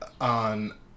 on